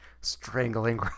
strangling